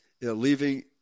leaving